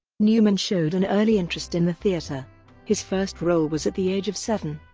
newman showed an early interest in the theater his first role was at the age of seven,